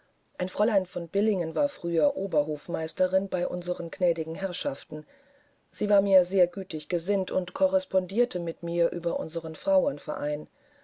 ein fräulein von billingen war früher oberhofmeisterin bei unseren gnädigsten herrschaften sie war mir sehr gütig gesinnt und korrespondierte mit mir über unseren frauenverein